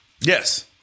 Yes